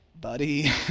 buddy